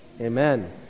amen